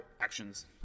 actions